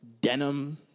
denim